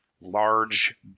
large